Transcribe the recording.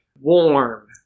Warm